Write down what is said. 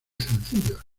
sencillos